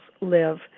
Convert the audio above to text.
live